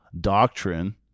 doctrine